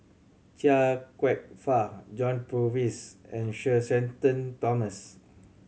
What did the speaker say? Chia Kwek Fah John Purvis and Sir Shenton Thomas